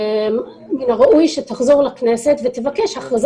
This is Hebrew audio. מן הראוי שהיא תחזור לכנסת ותבקש הכרזה